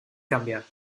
cambiar